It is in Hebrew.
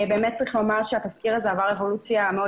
באמת צריך לומר שהתזכיר הזה עבר אבולוציה מאוד